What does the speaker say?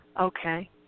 Okay